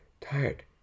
tired